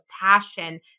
passion